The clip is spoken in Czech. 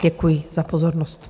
Děkuji za pozornost.